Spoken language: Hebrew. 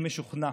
אני משוכנע